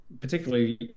particularly